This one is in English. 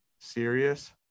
serious